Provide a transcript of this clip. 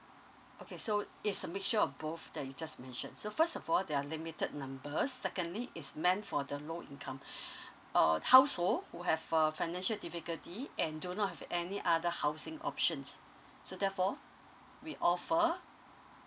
okay so it's a mixture of both that you just mentioned so first of all there are limited numbers secondly it's meant for the low income uh household who have uh financial difficulty and do not have any other housing options so therefore we offer